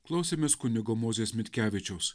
klausėmės kunigo mozės mitkevičiaus